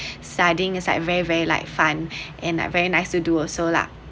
studying is like very very like fun and very nice to do also lah